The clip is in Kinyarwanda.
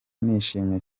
nishimye